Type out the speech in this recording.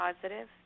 positive